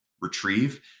retrieve